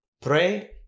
Pray